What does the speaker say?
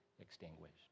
extinguished